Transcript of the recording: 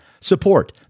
Support